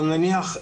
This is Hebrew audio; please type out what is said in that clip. או